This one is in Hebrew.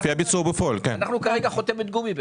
אנחנו כרגע חותמת גומי.